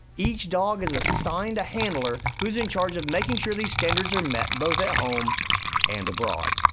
each dog is assigned a handler who's in charge of making sure these standards are met both at home and abroad.